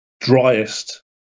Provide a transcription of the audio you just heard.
driest